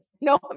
No